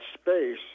space